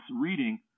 reading